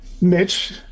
Mitch